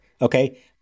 Okay